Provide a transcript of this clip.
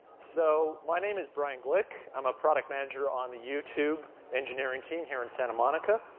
so my name is brian glick. i'm a product manager on the youtube engineering team here in santa monica.